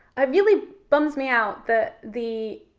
um really bums me out that the